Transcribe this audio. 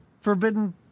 Forbidden